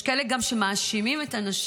יש גם כאלה שמאשימים את הנשים.